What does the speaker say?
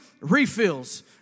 refills